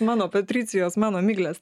mano patricijos mano miglės